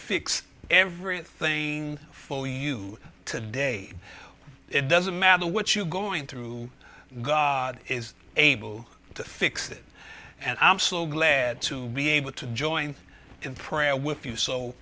fix everything for you today it doesn't matter what you going through god is able to fix it and i'm so glad to be able to join in prayer with you so